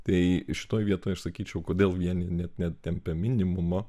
tai šitoj vietoj aš sakyčiau kodėl vieni net netempia minimumo